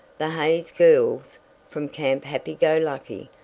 the hays girls from camp happy-go-lucky,